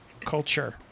culture